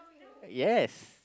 yes